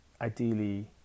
ideally